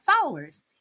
followers